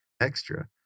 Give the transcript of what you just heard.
extra